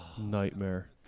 Nightmare